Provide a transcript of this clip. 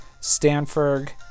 stanford